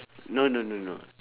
no no no no